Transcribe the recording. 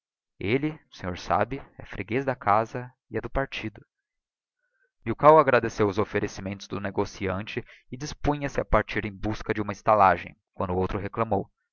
senhor sabe é freguez da casa e é do partido milkau agradeceu os offerecimentos do negociante e dispunha-se a partir em busca de uma estalagem quando o outro reclamou